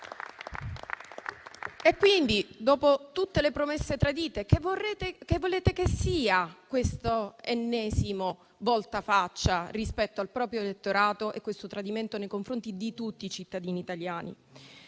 E, quindi, dopo tutte le promesse tradite, che volete che sia l'ennesimo voltafaccia rispetto al proprio elettorato e tradimento nei confronti di tutti i cittadini italiani?